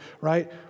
right